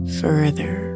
further